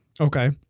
Okay